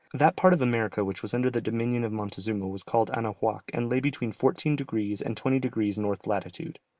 that part of america which was under the dominion of montezuma was called anahuac and lay between fourteen degrees and twenty degrees north latitude.